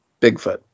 Bigfoot